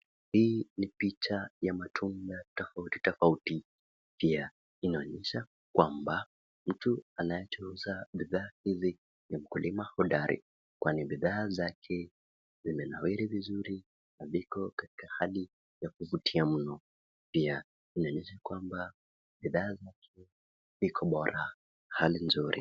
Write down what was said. Hii ni picha ya matunda tofauti tofauti. Pia inaonyesha kwamba mtu anachouuza bidhaa hizi ni mkulima hodari kwani bidhaa zake zimenawiri vizuri na viko katika hali ya kuvutia mno. Pia inaonyesha kwamba bidhaa iko bora hali nzuri.